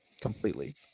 Completely